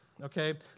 okay